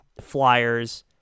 Flyers